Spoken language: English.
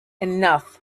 enough